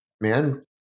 Man